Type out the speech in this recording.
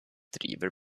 driver